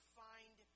find